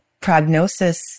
prognosis